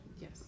Yes